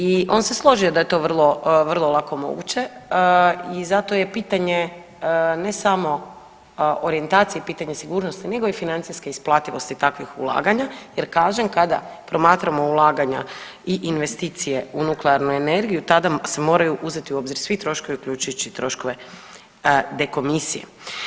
I on se složio da je to vrlo, vrlo lako moguće i zato je pitanje ne samo orijentacije, pitanje sigurnosti nego i financijske isplativosti takvih ulaganja jer kažem kada promatramo ulaganja i investicije u nuklearnu energiju tada se moraju uzeti u obzir svi troškovi uključujući i troškove dekomisije.